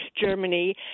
Germany